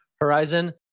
horizon